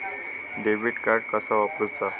Debit card कसा वापरुचा?